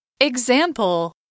Example